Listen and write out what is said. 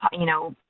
you know,